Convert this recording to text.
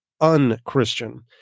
un-Christian